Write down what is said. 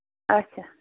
اَچھا